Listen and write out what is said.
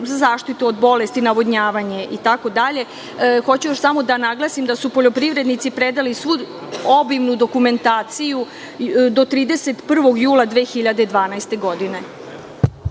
zaštitu od bolesti, navodnjavanje, itd? Hoću još samo da naglasim da su poljoprivrednici predali svu obimnu dokumentaciju do 31. jula 2012. godine.